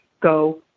go